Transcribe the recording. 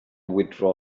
withdraw